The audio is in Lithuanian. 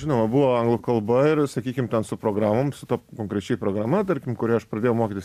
žinoma buvo anglų kalba ir sakykim ten su programom su ta konkrečiai programa tarkim kuria aš pradėjau mokytis